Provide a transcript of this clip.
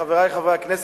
חברי חברי הכנסת,